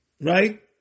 right